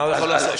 מה הוא יכול לעשות?